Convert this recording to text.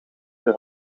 een